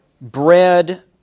bread